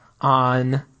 on